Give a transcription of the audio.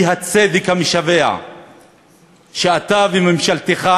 האי-צדק המשווע שאתה וממשלתך,